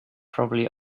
probably